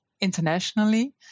internationally